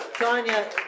Tanya